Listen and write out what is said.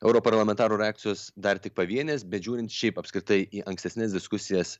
europarlamentarų reakcijos dar tik pavienės bet žiūrint šiaip apskritai į ankstesnes diskusijas